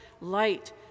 light